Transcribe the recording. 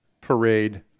parade